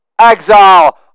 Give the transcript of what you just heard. Exile